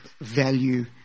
value